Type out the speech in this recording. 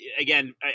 again